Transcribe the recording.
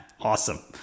awesome